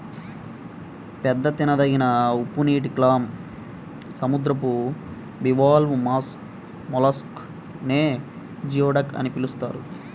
పెద్ద తినదగిన ఉప్పునీటి క్లామ్, సముద్రపు బివాల్వ్ మొలస్క్ నే జియోడక్ అని పిలుస్తారు